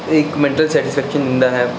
ਇਹ ਇਕ mental satisfaction ਦਿੰਦਾ ਹੈ